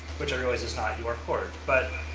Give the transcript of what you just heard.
which i realize is not your court. but